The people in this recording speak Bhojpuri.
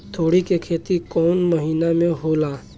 तोड़ी के खेती कउन महीना में होला?